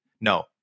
No